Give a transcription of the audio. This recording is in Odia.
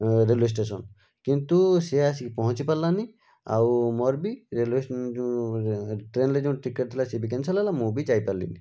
ରେଲ୍ୱେଷ୍ଟେସନ୍ କିନ୍ତୁ ସେ ଆସି ପହଞ୍ଚିପାରିଲାନି ଆଉ ମୋର ବି ଟ୍ରେନ୍ର ଯେଉଁ ଟିକଟ୍ ଥିଲା କ୍ୟାନ୍ସଲ୍ ହେଲା ମୁଁ ବି ଯାଇପାରିଲିନି